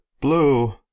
blue